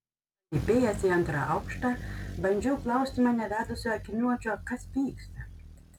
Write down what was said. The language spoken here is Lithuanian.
palypėjęs į antrą aukštą bandžiau klausti mane vedusio akiniuočio kas vyksta